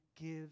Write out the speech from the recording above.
gives